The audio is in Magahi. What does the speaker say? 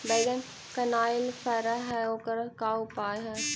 बैगन कनाइल फर है ओकर का उपाय है?